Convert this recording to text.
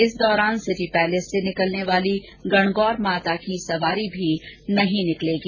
इस दौरान city palace से निकलने वाली गणगौर माता की परंपरागत सवारी भी नहीं निकलेगी